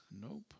Nope